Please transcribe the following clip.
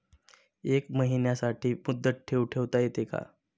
एका महिन्यासाठी मुदत ठेव ठेवता येते का?